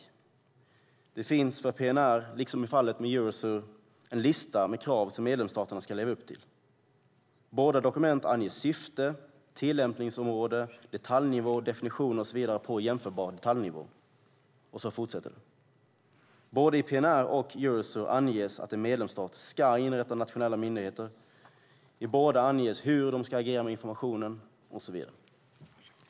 Det finns för PNR, liksom i fallet med Eurosur, en lista med krav som medlemsstaterna ska leva upp till. Båda dokumenten anger syfte, tillämpningsområde, definitioner och så vidare på jämförbar detaljnivå, och så fortsätter det. Både i PNR och Eurosur anges att en medlemsstat ska inrätta nationella myndigheter. I båda anges hur de ska agera med informationen och så vidare.